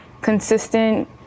consistent